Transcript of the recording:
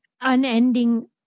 unending